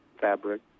fabric